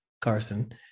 Carson